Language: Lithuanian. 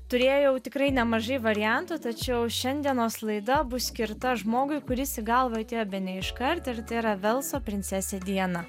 turėjau tikrai nemažai variantų tačiau šiandienos laida bus skirta žmogui kuris į galvą atėjo bene iškart ir tai yra velso princesė diana